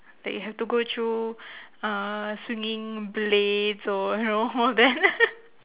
that you have to go through uh swinging blades or you know all that